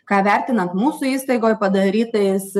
ką vertinant mūsų įstaigoj padarytais